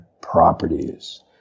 properties